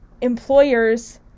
employers